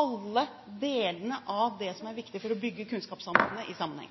alle delene av det som er viktig for å bygge kunnskapssamfunnet, i sammenheng.